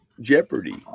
jeopardy